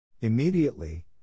Immediately